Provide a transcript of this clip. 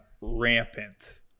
rampant